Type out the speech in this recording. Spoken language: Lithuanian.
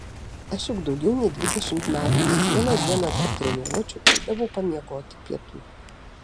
aš juk daugiau nei dvidešimt metų kiekvieną dieną tarp treniruočių eidavau pamiegoti pietų